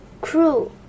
Crew